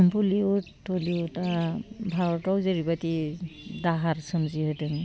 Bollywood टलिवुडा भारताव जेरैबादि दाहार सोमजिहोदों